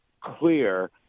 clear